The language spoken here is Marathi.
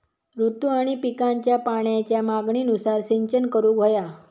ऋतू आणि पिकांच्या पाण्याच्या मागणीनुसार सिंचन करूक व्हया